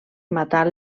matar